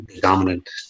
dominant